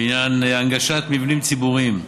בעניין הנגשת מבנים ציבוריים,